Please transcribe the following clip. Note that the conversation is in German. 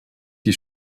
die